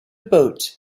boat